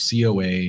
COA